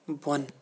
بۄن